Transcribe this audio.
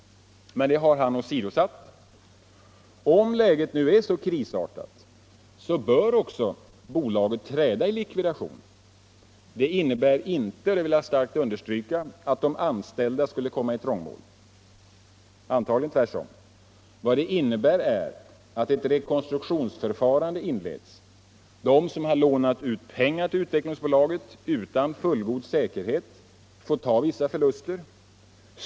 Det har han åsidosatt. Om läget nu är så krisartat bör också bolaget träda i likvidation. Det innebär inte, det vill jag starkt understryka, att de anställda kommer i trångmål — antagligen tvärtom. Vad det innebär är att ett rekonstruktionsförfarande inleds. De som lånat ut pengar till Utvecklingsbolaget utan fullgod säkerhet får ta vissa förluster.